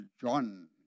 John